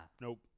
Nope